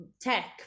tech